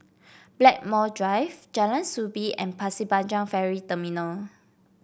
Blackmore Drive Jalan Soo Bee and Pasir Panjang Ferry Terminal